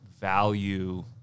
value